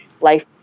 life